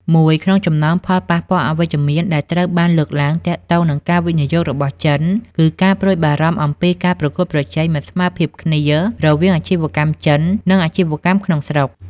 មួយក្នុងចំណោមផលប៉ះពាល់អវិជ្ជមានដែលត្រូវបានលើកឡើងទាក់ទងនឹងការវិនិយោគរបស់ចិន គឺការព្រួយបារម្ភអំពីការប្រកួតប្រជែងមិនស្មើភាពគ្នារវាងអាជីវកម្មចិន និងអាជីវកម្មក្នុងស្រុក។